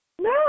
No